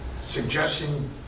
suggesting